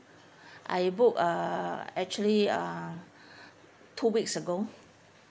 I book uh actually uh two weeks ago